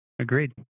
Agreed